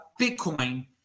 Bitcoin